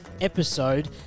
episode